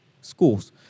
schools